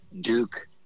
Duke